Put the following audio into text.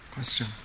Question